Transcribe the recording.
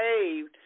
saved